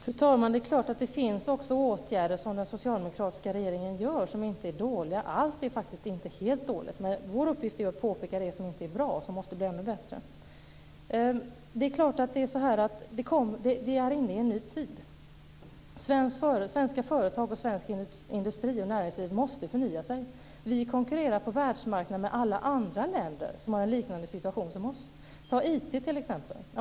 Fru talman! Det är klart att det också finns åtgärder som den socialdemokratiska regeringen gör som inte är dåliga. Allt är faktiskt inte helt dåligt. Men vår uppgift är att påpeka det som inte är bra och det som måste bli ännu bättre. Vi är inne i en ny tid. Svenska företag, svensk industri och svenskt näringsliv måste förnya sig. Vi konkurrerar på världsmarknaden med alla andra länder som har en liknande situation som vi. Ta t.ex. IT.